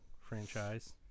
franchise